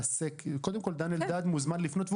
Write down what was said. קודם כול דן אלדד מוזמן לפנות,